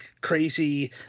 crazy